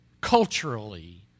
culturally